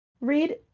Read